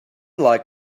like